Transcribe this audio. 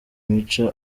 mico